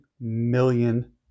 million